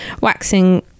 waxing